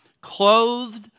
clothed